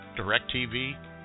DirecTV